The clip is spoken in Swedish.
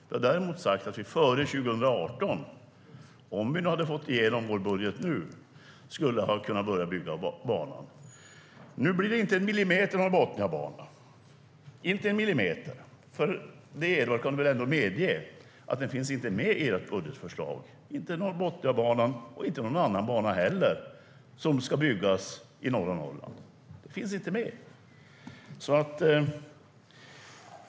Vi har däremot sagt att vi före 2018 - om vi hade fått igenom vår budget nu - skulle ha kunnat börja bygga banan. Nu blir det inte en millimeter Norrbotniabana. För du kan väl ändå medge, Edward, att den inte finns med i ert budgetförslag. Där finns inte Norrbotniabanan och inte heller någon annan bana som ska byggas i norra Norrland. Det finns inte med.